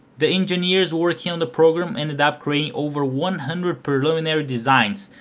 the engineers working on the program ended up creating over one hundred preliminary designs,